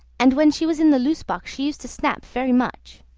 and when she was in the loose box she used to snap very much.